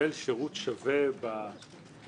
לקבל שירות שווה בחינוך